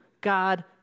God